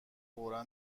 فورا